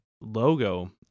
logo